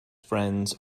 friends